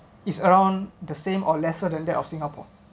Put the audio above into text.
is around the same or lesser than that of singapore